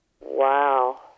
Wow